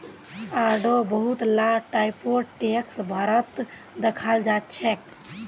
आढ़ो बहुत ला टाइपेर टैक्स भारतत दखाल जाछेक